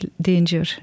danger